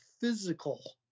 physical